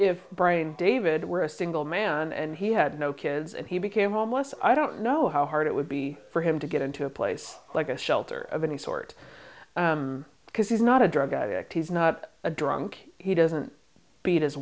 brian david were a single man and he had no kids and he became homeless i don't know how hard it would be for him to get into a place like a shelter of any sort because he's not a drug addict he's not a drunk he doesn't beat his